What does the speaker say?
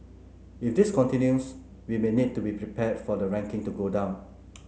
if this continues we may need to be prepared for the ranking to go down